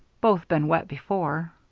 both been wet before.